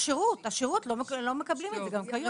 על השירות, לא מקבלים את זה גם כיום.